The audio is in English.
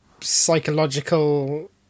psychological